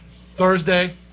Thursday